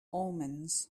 omens